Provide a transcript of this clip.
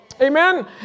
Amen